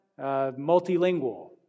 multilingual